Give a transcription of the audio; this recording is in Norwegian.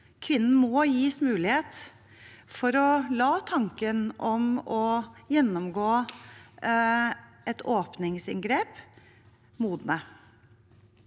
Kvinnen må gis mulighet til å la tanken om å gjennomgå et åpningsinngrep modnes.